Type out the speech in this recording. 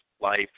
life